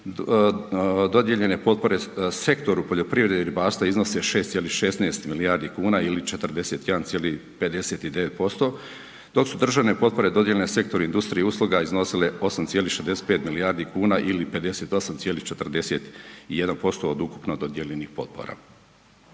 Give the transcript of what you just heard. dodijeljene potpore sektoru poljoprivredi i ribarstva iznose 6,16 milijardi kuna ili 41,59% dok su državne potpore dodijeljene sektoru industrije i usluga iznosila 8,65 milijardi kuna ili 58,41% od ukupno dodijeljenih potpora.